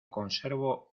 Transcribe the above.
conservo